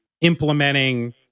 implementing